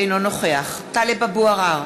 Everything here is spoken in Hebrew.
אינו נוכח טלב אבו עראר,